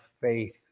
faith